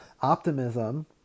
Optimism